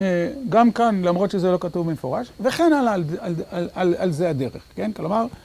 גם כאן, למרות שזה לא כתוב מפורש, וכן על זה הדרך, כן? כלומר...